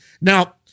Now